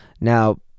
Now